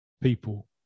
people